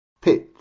pitch